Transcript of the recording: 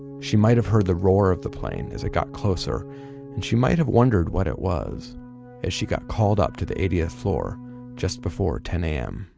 she might have heard the roar of the plane as it got closer and she might have wondered what it was as she got called up to the eightieth floor just before ten zero a m.